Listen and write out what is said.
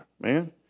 man